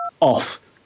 off